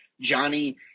Johnny